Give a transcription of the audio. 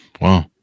Wow